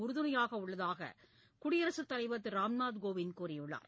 உறுதுணையாக உள்ளதாக குடியரசுத் தலைவர் திரு ராம்நாத் கோவிந்த் அனைவரும் கூறியுள்ளார்